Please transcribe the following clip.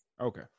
Okay